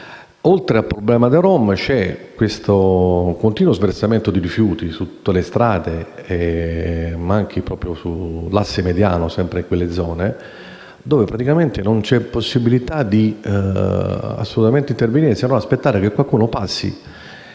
Oltre al problema dei rom, c'è questo continuo sversamento di rifiuti su tutte le strade, anche sull'Asse mediano, sempre in quelle zone, dove, praticamente, non c'è la possibilità di intervenire, se non aspettando che qualcuno passi